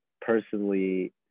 personally